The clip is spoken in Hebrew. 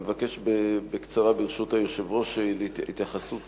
אני אבקש, ברשות היושב-ראש, התייחסות